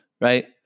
right